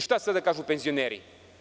Šta sada da kažu penzioneri?